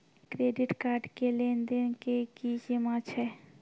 Credit card के लेन देन के की सीमा छै?